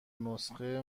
نسخه